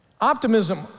Optimism